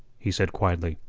he said quietly.